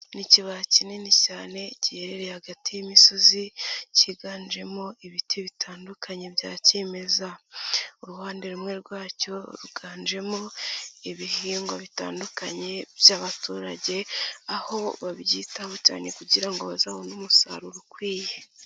Ni ikibaya kinini cyane giherereye hagati y'imisozi cyiganjemo ibiti bitandukanye bya cyemeza, uruhande rumwe rwacyo ruganjemo ibihingwa bitandukanye by'abaturage aho babyitaho cyane kugira ngo bazabone umusaruro ukwiye.